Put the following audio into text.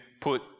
put